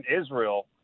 Israel